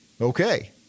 Okay